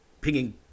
pinging